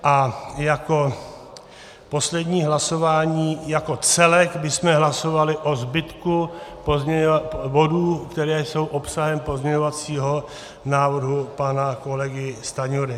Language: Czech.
A jako poslední hlasování, jako celek, bychom hlasovali o zbytku bodů, které jsou obsahem pozměňovacího návrhu pana kolegy Stanjury.